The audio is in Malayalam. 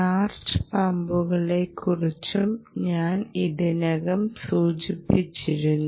ചാർജ് പമ്പുകളെക്കുറിച്ചും ഞങ്ങൾ ഇതിനകം സൂചിപ്പിച്ചിരുന്നു